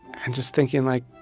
and just thinking, like.